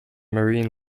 marine